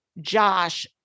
Josh